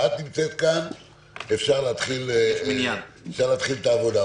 ואת נמצאת פה - אפשר להתחיל את העבודה.